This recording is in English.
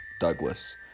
Douglas